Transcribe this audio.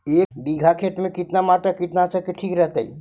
एक बीघा खेत में कितना मात्रा कीटनाशक के ठिक रहतय?